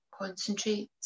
Concentrate